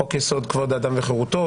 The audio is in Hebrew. חוק יסוד: כבוד האדם וחירותו,